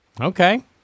Okay